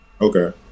Okay